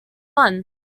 one